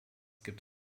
gibt